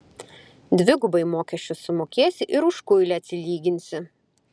dvigubai mokesčius sumokėsi ir už kuilį atsilyginsi